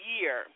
year